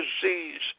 disease